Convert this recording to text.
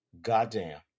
goddamn